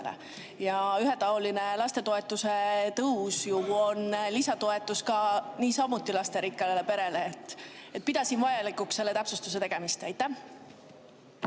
Ja ühetaoline lastetoetuse tõus ju on lisatoetus niisamuti lasterikkale perele. Pidasin vajalikuks selle täpsustuse tegemist.